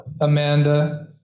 Amanda